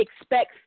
expects